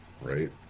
Right